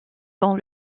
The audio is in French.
dans